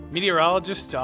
Meteorologist